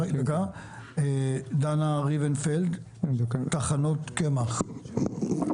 דנה ריבנפלד, מנהלת ענף טחנות הקמח, בבקשה.